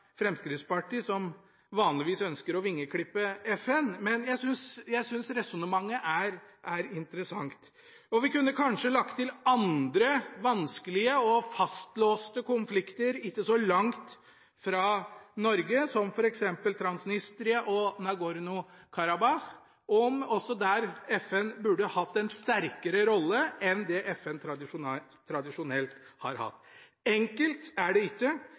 Fremskrittspartiet, som vanligvis ønsker å vingeklippe FN, men jeg synes resonnementet er interessant. Vi kunne kanskje lagt til andre vanskelige og fastlåste konflikter ikke så langt fra Norge, som f.eks. i Transnistria og i Nagorno-Karabakh, med tanke på om FN også der burde hatt en sterkere rolle enn det FN tradisjonelt har hatt. Enkelt er det ikke.